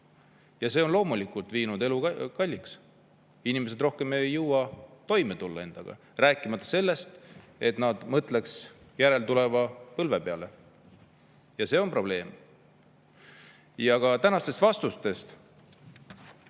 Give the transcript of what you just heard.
ja see on loomulikult teinud elu kalliks. Inimesed ei jõua enam endaga toime tulla, rääkimata sellest, et nad mõtleksid järeltuleva põlve peale. Ja see on probleem. Ka tänastest vastustest